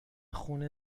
خون